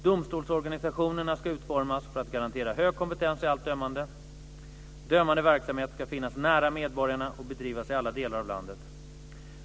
· Domstolsorganisationen ska utformas för att garantera hög kompetens i allt dömande. · Dömande verksamhet ska finnas nära medborgarna och bedrivas i alla delar av landet.